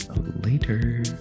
later